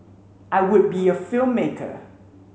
I would be a filmmaker